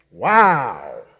Wow